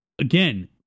again